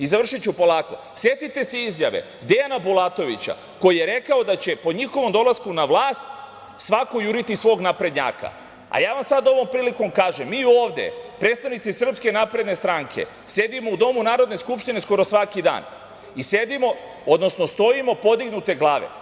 Završiću polako, setite se izjave Dejana Bulatovića koji je rekao da će po njihovom dolasku na vlast svako juriti svog naprednjaka, a ja vam sada ovom prilikom kažem – mi ovde predstavnici SNS sedimo u domu Narodne skupštine skoro svaki dan i stojimo podignute glave.